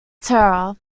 terror